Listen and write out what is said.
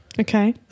Okay